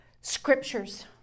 scriptures